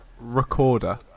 Recorder